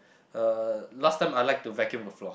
uh last time I like to vacuum the floor